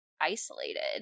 isolated